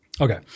okay